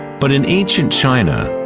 but in ancient china,